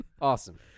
Awesome